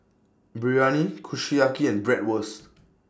Biryani Kushiyaki and Bratwurst